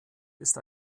ist